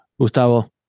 Gustavo